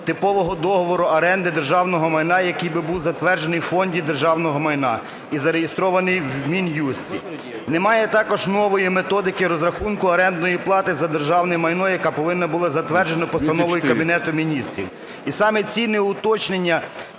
типового договору оренди державного майна, який би був затверджений у Фонді державного майна і зареєстрований у Мін'юсті. Немає також нової методики розрахунку орендної плати за державне майно, яка повинна була затверджена постановою Кабінету Міністрів. І саме ці неуточнення